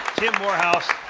tim morehouse